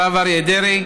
הרב אריה דרעי,